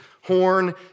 horn